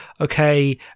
okay